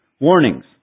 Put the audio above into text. warnings